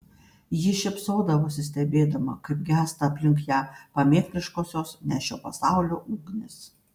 ji šypsodavosi stebėdama kaip gęsta aplink ją pamėkliškosios ne šio pasaulio ugnys